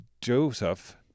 Joseph